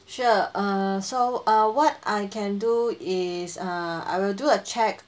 sure err so uh what I can do is err I will do a check